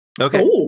Okay